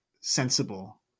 sensible